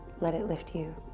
let it lift you.